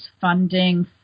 funding